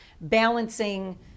balancing